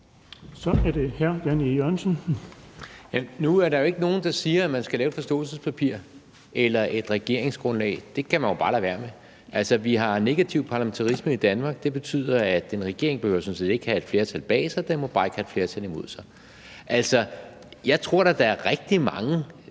Kl. 11:17 Jan E. Jørgensen (V): Nu er der jo ikke er nogen, der siger, at man skal lave et forståelsespapir eller et regeringsgrundlag. Det kan man jo bare lade være med. Altså, vi har negativ parlamentarisme i Danmark, og det betyder, at en regering sådan set ikke behøver at have et flertal bag sig, den må bare ikke have et flertal imod sig. Jeg tror da, der er rigtig mange,